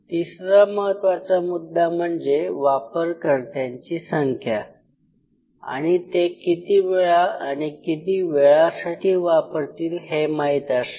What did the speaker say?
तिसरा महत्त्वाचा मुद्दा म्हणजे वापरकर्त्यांची संख्या आणि ते किती वेळा आणि किती वेळासाठी वापरतील हे माहीत असणे